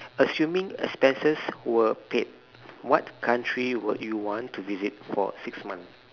assuming expenses were paid what country would you want to visit for six months